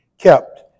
kept